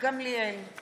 מצביע ניצן הורוביץ,